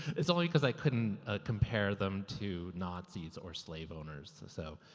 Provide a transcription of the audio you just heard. it's only because i couldn't ah compare them to nazi's or slaveowners. so,